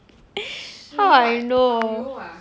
how I know